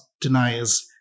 deniers